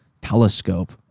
telescope